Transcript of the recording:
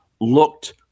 looked